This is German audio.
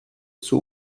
zur